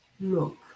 look